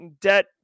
debt